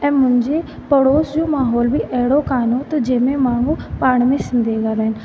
ऐं मुंहिंजे पड़ोस जो माहौल बि अहिड़ो कोन हुओ त जंहिंमें माण्हू पाण में सिंधी ॻाल्हाइनि